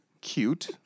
cute